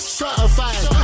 certified